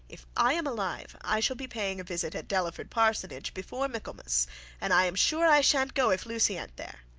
if i am alive, i shall be paying a visit at delaford parsonage before michaelmas and i am sure i shan't go if lucy an't there.